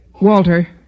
Walter